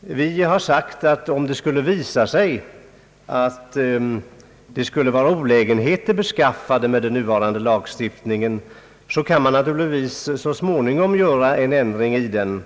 Vi har sagt att om det skulle visa sig att olägenheter är förknippade med den nuvarande lagstiftningen, kan man så småningom vidta en ändring.